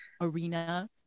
Arena